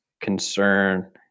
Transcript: concern